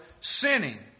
sinning